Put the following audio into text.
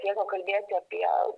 jeigu kalbėti apie